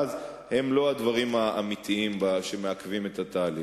הן לא הדברים האמיתיים שמעכבים את התהליך.